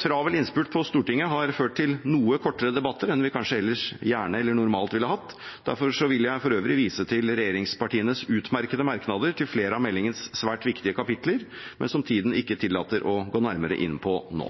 travel innspurt på Stortinget har ført til noe kortere debatter enn vi kanskje ellers gjerne eller normalt ville hatt. Derfor vil jeg for øvrig vise til regjeringspartienes utmerkede merknader til flere av meldingens svært viktige kapitler, som tiden ikke tillater å gå nærmere inn på nå.